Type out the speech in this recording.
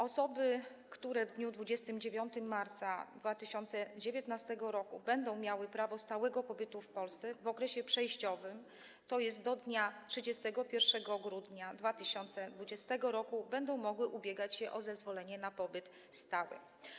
Osoby, które w dniu 29 marca 2019 r. będą miały prawo stałego pobytu w Polsce, w okresie przejściowym, tj. do dnia 31 grudnia 2020 r., będą mogły ubiegać się o zezwolenie na pobyt stały.